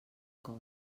cos